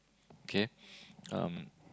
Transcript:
K um